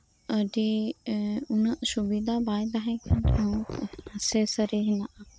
ᱟᱹᱰᱤ ᱩᱱᱟᱹᱜ ᱥᱩᱵᱤᱫᱟ ᱵᱟᱭ ᱛᱟᱦᱮᱸ ᱠᱟᱱ ᱨᱮᱦᱚᱸ ᱥᱮ ᱥᱟᱨᱤ ᱦᱮᱱᱟᱜ ᱟ